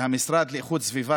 והמשרד לאיכות הסביבה,